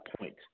point